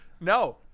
no